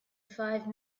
five